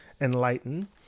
Enlighten